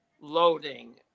loading